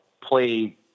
play